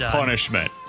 punishment